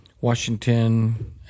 Washington